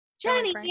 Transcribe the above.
Johnny